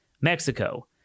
Mexico